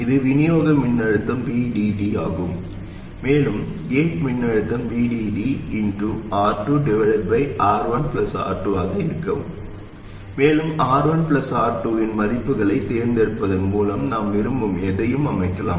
இது விநியோக மின்னழுத்தம் VDD ஆகும் மேலும் கேட் மின்னழுத்தம் VDD R2R1 R2 ஆக இருக்கும் மேலும் R1 மற்றும் R2 இன் மதிப்புகளைத் தேர்ந்தெடுப்பதன் மூலம் நாம் விரும்பும் எதையும் அமைக்கலாம்